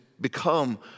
become